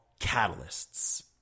catalysts